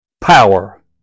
power